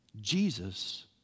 Jesus